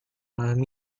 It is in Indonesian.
malam